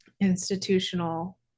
institutional